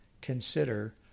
consider